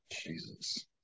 Jesus